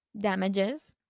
Damages